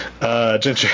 Ginger